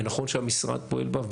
ונכון שהמשרד פועל בה,